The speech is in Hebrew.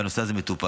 והנושא הזה מטופל.